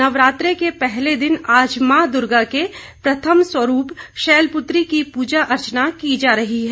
नवरात्रे के पहले दिन आज माँ दुर्गा के प्रथम स्वरूप शैलपुत्री की पूजा अर्चना की जा रही है